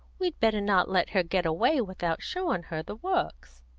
we'd better not let her get away without showing her the works.